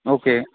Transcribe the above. okay